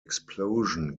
explosion